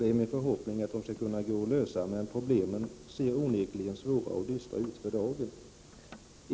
Det är min förhoppning att det skall gå att lösa problemen, även om de för dagen onekligen ser svåra och dystra ut.